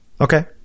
Okay